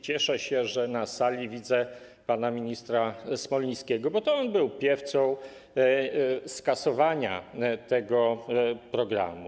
Cieszę się, że na sali widzę pana ministra Smolińskiego, bo to on był piewcą skasowania tego programu.